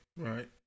Right